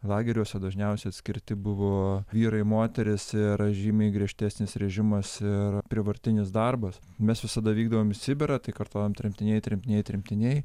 lageriuose dažniausia atskirti buvo vyrai moterys ir žymiai griežtesnis režimas ir prievartinis darbas mes visada vykdavom į sibirą tai kartojom tremtiniai tremtiniai tremtiniai